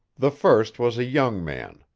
the first was a young man,